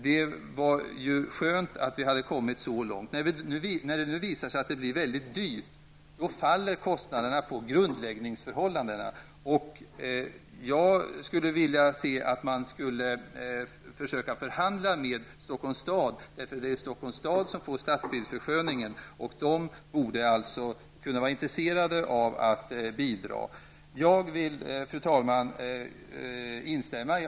Det var skönt att vi kom så långt. Nu visar det sig att det blir väldigt dyrt och att kostnaderna beror på grundläggningsförhållandena. Jag skulle vilja se att man försökte förhandla med Stockholms stad, som ju får stadsbildsförsköningen. Stockholms stad borde därför vara intresserad av att bidra till kostnaderna. Fru talman!